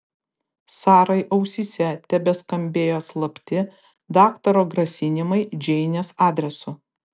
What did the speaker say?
sarai ausyse tebeskambėjo slapti daktaro grasinimai džeinės adresu